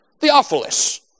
Theophilus